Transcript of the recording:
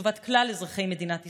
לטובת כלל אזרחי מדינת ישראל,